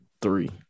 three